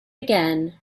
again